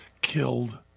killed